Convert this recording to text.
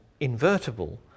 invertible